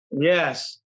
yes